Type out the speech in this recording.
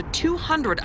200